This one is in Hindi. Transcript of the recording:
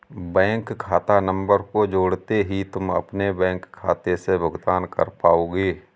बैंक खाता नंबर को जोड़ते ही तुम अपने बैंक खाते से भुगतान कर पाओगे